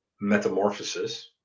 metamorphosis